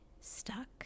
stuck